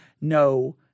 no